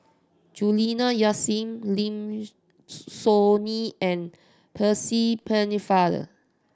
Juliana Yasin Lim Soo Ngee and Percy Pennefather